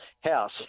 house